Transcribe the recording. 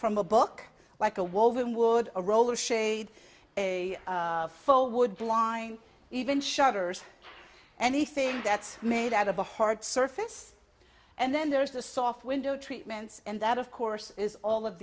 from a book like a woven wood a roller shade a fold would blind even shutters anything that's made out of a hard surface and then there is the soft window treatments and that of course is all of